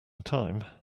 time